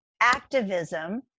activism